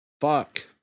fuck